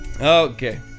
okay